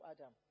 Adam